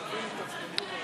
בבקשה.